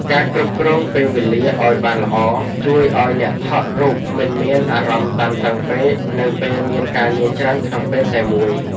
ការគ្រប់គ្រងពេលវេលាឱ្យបានល្អ ជួយឱ្យអ្នកថតរូបមិនមានអារម្មណ៍តានតឹងពេក នៅពេលមានការងារច្រើនក្នុងពេលតែមួយ។